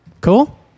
Cool